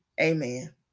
amen